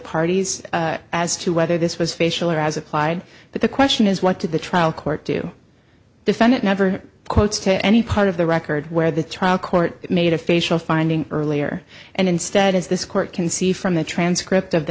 parties as to whether this was facial or as applied but the question is what did the trial court do defendant never quotes to any part of the record where the trial court made a facial finding earlier and instead as this court can see from the transcript of the